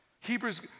Hebrews